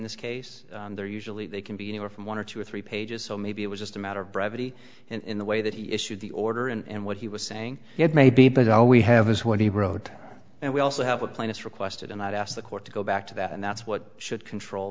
this case they're usually they can be anywhere from one or two or three pages so maybe it was just a matter of brevity in the way that he issued the order and what he was saying it may be but all we have is what he wrote and we also have a plaintiff's requested and i've asked the court to go back to that and that's what should control